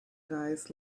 guys